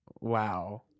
wow